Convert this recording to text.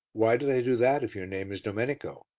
why do they do that if your name is domenico?